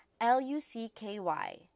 L-U-C-K-Y